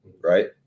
right